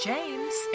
James